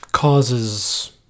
causes